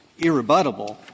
irrebuttable